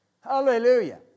Hallelujah